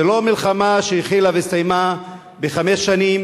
זו לא מלחמה שהחלה והסתיימה בחמש שנים.